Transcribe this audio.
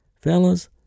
Fellas